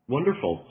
Wonderful